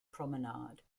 promenade